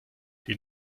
die